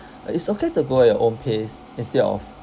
uh it's okay to go at your own pace instead of